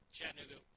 Chattanooga